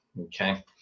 Okay